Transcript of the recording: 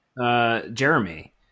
Jeremy